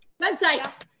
Website